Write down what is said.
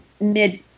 mid